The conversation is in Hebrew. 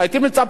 למשל,